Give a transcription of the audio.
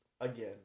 again